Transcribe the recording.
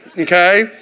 okay